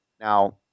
Now